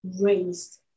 raised